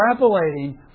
extrapolating